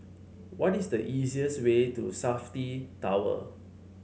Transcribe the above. what is the easiest way to Safti Tower